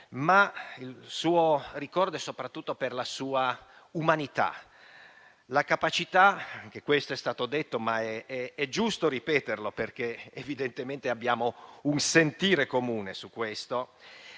ma il suo ricordo è soprattutto per la sua umanità, per la capacità - anche questo è stato detto, ma è giusto ripeterlo, perché evidentemente abbiamo un sentire comune su questo